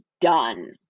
done